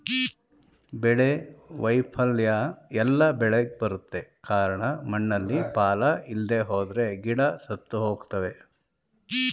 ಬೆಳೆ ವೈಫಲ್ಯ ಎಲ್ಲ ಬೆಳೆಗ್ ಬರುತ್ತೆ ಕಾರ್ಣ ಮಣ್ಣಲ್ಲಿ ಪಾಲ ಇಲ್ದೆಹೋದ್ರೆ ಗಿಡ ಸತ್ತುಹೋಗ್ತವೆ